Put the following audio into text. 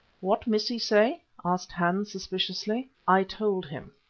what missie say? asked hans, suspiciously. i told him.